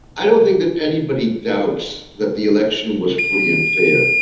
i don't think that anybody doubts that the election was free and fair.